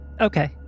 Okay